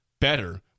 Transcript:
better